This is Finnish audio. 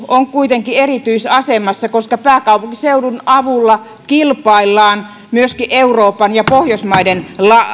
on kuitenkin eri tyisasemassa koska pääkaupunkiseudun avulla kilpaillaan myöskin euroopan ja pohjoismaiden